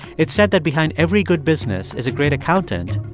it's said that behind every good business is a great accountant.